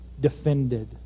defended